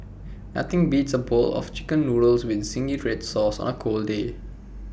nothing beats A bowl of Chicken Noodles with Zingy Red Sauce on A cold day